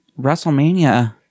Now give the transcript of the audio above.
WrestleMania